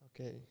Okay